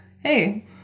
hey